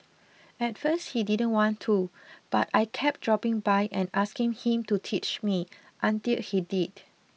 at first he didn't want to but I kept dropping by and asking him to teach me until he did